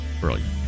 Brilliant